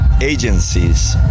agencies